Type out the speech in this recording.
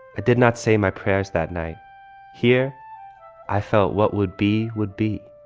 it did not say my prayers that night here i felt what would be would be.